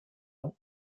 ans